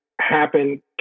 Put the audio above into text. happen